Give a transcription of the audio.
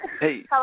Hey